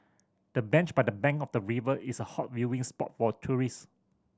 the bench by the bank of the river is a hot viewing spot for tourist